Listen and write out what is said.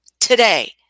today